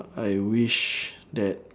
I wish that